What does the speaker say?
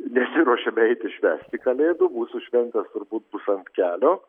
nesiruošiame eiti švęsti kalėdų mūsų šventės turbūt bus ant kelio